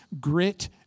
grit